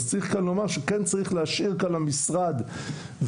אז צריך כאן לומר שכן צריך להשאיר כאן למשרד ולרשויות